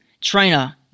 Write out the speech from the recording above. trainer